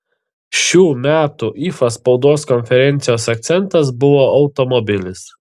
šių metų ifa spaudos konferencijos akcentas buvo automobilis